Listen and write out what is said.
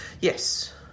Yes